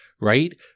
right